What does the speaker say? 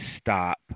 stop